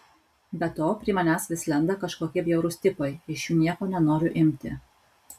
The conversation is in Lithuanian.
be to prie manęs vis lenda kažkokie bjaurūs tipai iš jų nieko nenoriu imti